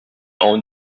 own